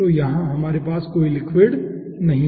तो यहाँ हमारे पास कोई लिक्विड नहीं है